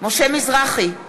משה מזרחי,